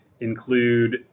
include